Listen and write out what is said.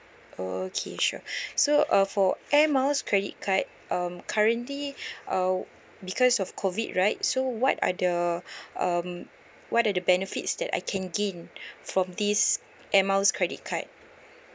okay sure so uh for air miles credit card um currently uh because of COVID right so what are the um what are the benefits that I can gain from this air miles credit card